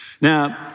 Now